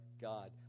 God